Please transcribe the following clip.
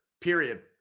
period